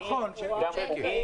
משלמים בצ'קים.